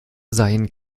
seien